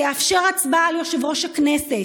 תאפשר הצבעה על יושב-ראש הכנסת,